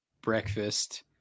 breakfast